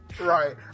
right